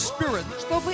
Spirit